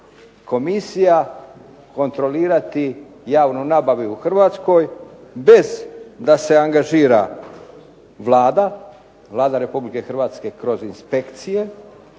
komisija kontrolirati javnu nabavu u Hrvatskoj bez da se angažira Vlada Republike Hrvatske kroz inspekcije,